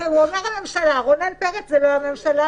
הוא אומר שרונן פרץ זה לא הממשלה,